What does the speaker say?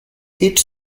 each